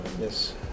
yes